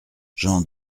gens